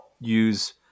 use